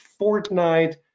Fortnite